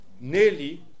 nearly